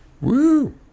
Woo